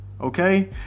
okay